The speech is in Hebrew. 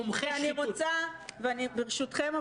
תומכי --- ברשותכם,